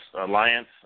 Alliance